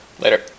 later